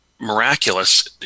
Miraculous